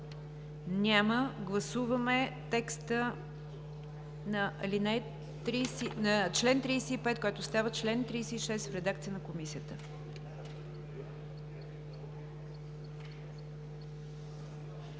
Няма. Гласуваме текста на чл. 35, който става чл. 36, в редакция на Комисията.